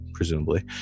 presumably